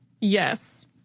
Yes